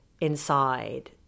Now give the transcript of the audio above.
inside